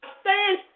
Stand